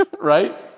right